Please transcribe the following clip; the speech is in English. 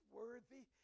worthy